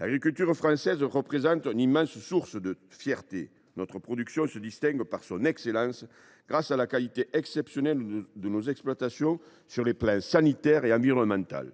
L’agriculture française représente une immense source de fierté. Notre production se distingue par son excellence, grâce à la qualité exceptionnelle de ses exploitations en matière sanitaire et environnementale.